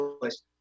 place